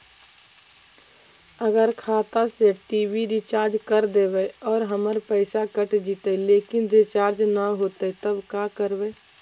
अगर खाता से टी.वी रिचार्ज कर देबै और हमर पैसा कट जितै लेकिन रिचार्ज न होतै तब का करबइ?